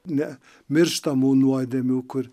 ne mirštamų nuodėmių kur